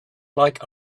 like